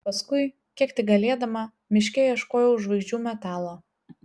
paskui kiek tik galėdama miške ieškojau žvaigždžių metalo